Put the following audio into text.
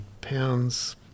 pounds